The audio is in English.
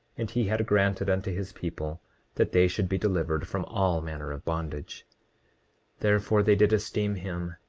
and he had granted unto his people that they should be delivered from all manner of bondage therefore they did esteem him,